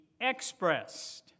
expressed